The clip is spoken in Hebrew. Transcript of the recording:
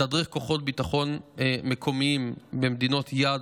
מתדרך כוחות ביטחון מקומיים במדינות יעד